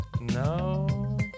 No